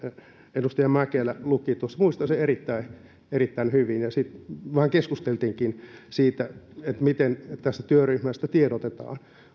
edustaja mäkelä luki tuossa muistan sen erittäin hyvin siitä vähän keskusteltiinkin miten tästä työryhmästä tiedotetaan